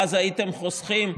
ואז הייתם חוסכים,